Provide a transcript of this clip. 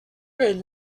vell